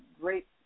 great